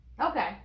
Okay